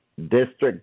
district